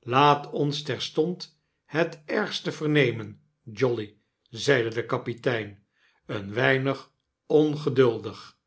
laat ons terstond het ergste vernemen jolly zeide de kapitein een weinig ongeduldig